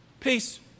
Peace